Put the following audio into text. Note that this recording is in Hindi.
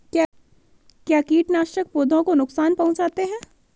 क्या कीटनाशक पौधों को नुकसान पहुँचाते हैं?